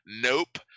nope